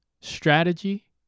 strategy